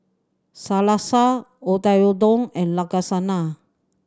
Salsa Oyakodon and Lasagna